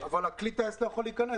אבל כלי הטיס לא יכול להיכנס.